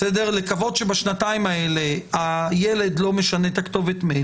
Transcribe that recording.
לקוות שבשנתיים האלה הילד לא משנה את כתובת המייל